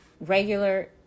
regular